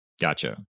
gotcha